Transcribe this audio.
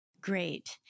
Great